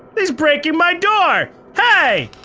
he's breaking my door! hey!